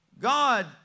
God